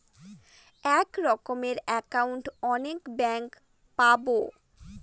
এক রকমের একাউন্ট অনেক ব্যাঙ্কে পাবো